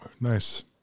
Nice